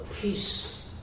peace